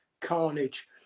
carnage